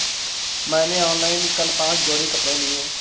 मैंने ऑनलाइन कल पांच जोड़ी कपड़े लिए